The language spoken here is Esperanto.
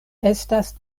estas